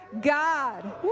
God